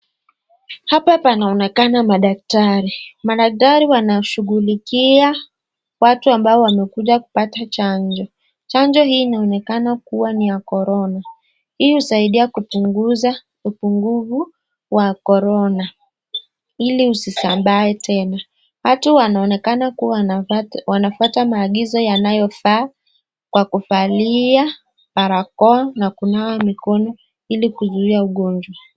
Hapa panaonekana madaktari. Madaktari wanashughulikia watu ambao wamekuja kupata chanjo. Chanjo hii inaonekana kuwa ni ya korona. Hii husaidia kupunguza upungufu wa korona ili usisambae tena. Watu wanaonekana kuwa wanafuata maagizo yanayofaa kwa kuvalia barakoa na kunawa mikono ili kuzuia ugonjwa.